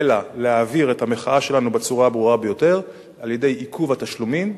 אלא להעביר את המחאה שלנו בצורה הברורה ביותר על-ידי עיכוב התשלומים,